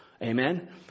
Amen